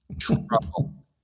trouble